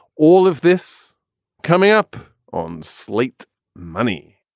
all of this coming up on slate money